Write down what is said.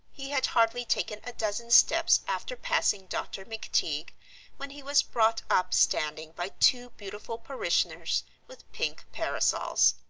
he had hardly taken a dozen steps after passing dr. mcteague when he was brought up standing by two beautiful parishioners with pink parasols.